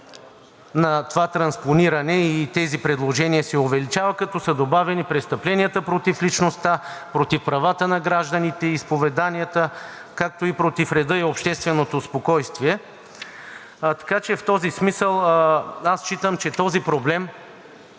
на това транспониране и тези предложения се увеличава, като са добавени престъпленията против личността, против правата на гражданите, изповеданията, както и против реда и общественото спокойствие. Така че в този смисъл считам, че този проблем